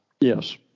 Yes